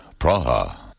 Praha